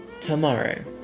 tomorrow